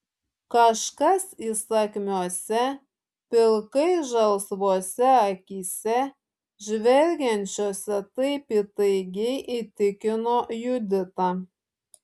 kažkas įsakmiose pilkai žalsvose akyse žvelgiančiose taip įtaigiai įtikino juditą